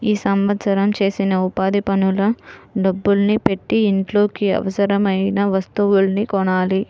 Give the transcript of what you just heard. ఈ సంవత్సరం చేసిన ఉపాధి పనుల డబ్బుల్ని పెట్టి ఇంట్లోకి అవసరమయిన వస్తువుల్ని కొనాలి